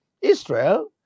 Israel